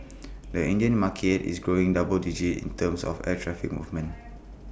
the Indian market is growing double digit in terms of air traffic movements